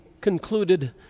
concluded